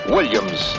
Williams